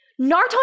Naruto